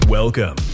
Welcome